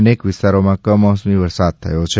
અનેક વિસ્તારોમાં કમોસમી વરસાદ થયો છે